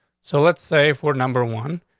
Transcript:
so let's say for number one,